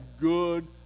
good